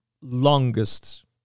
longest